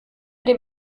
dem